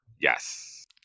Yes